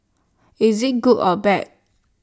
is IT good or bad